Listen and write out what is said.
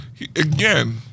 Again